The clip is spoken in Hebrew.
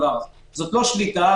זו לא שליטה,